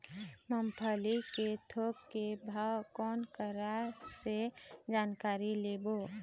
मूंगफली के थोक के भाव कोन करा से जानकारी लेबो?